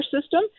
system